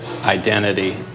identity